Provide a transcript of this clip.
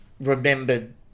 remembered